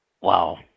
wow